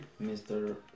Mr